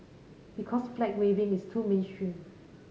because flag waving is too mainstream